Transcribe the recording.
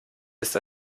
ist